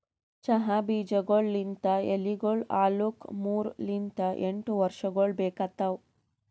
ಚಹಾ ಬೀಜಗೊಳ್ ಲಿಂತ್ ಎಲಿಗೊಳ್ ಆಲುಕ್ ಮೂರು ಲಿಂತ್ ಎಂಟು ವರ್ಷಗೊಳ್ ಬೇಕಾತವ್